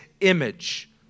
image